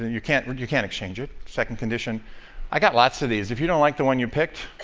you can't and you can't exchange it. second condition i've got lots of these. if you don't like the one you picked,